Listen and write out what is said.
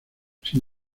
sin